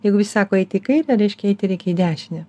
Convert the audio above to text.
jeigu visi sako eiti į kairę reiškia eiti reikia į dešinę